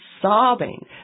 sobbing